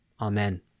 amen